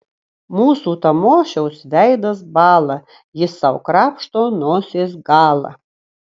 mūsų tamošiaus veidas bąla jis sau krapšto nosies galą